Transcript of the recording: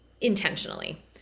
intentionally